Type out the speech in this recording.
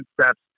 steps